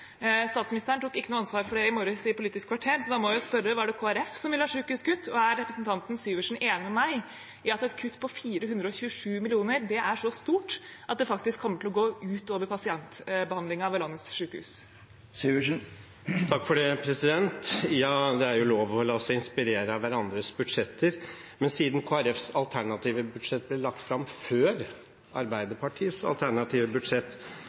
Statsministeren tok ikke noe ansvar for det i morges i Politisk kvarter, så da må jeg spørre: Var det Kristelig Folkeparti som ville ha sykehuskutt? Og er representanten Syversen enig med meg i at et kutt på 427 mill. kr er så stort at det faktisk kommer til å gå ut over pasientbehandlingen ved landets sykehus? Ja, det er lov å la seg inspirere av hverandres budsjetter, men siden Kristelig Folkepartis alternative budsjett ble lagt fram før Arbeiderpartiets alternative budsjett,